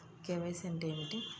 KYC అంటే ఏమిటి?